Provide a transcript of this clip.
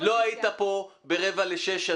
חבר הכנסת לוי, אתה לא היית כאן בשעה 17:45 עת